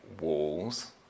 walls